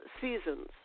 seasons